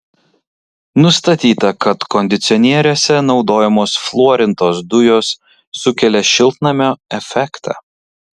nustatyta kad kondicionieriuose naudojamos fluorintos dujos sukelia šiltnamio efektą